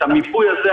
את המיפוי הזה,